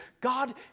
God